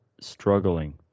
struggling